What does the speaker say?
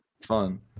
Fun